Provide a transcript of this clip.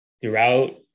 throughout